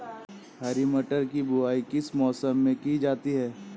हरी मटर की बुवाई किस मौसम में की जाती है?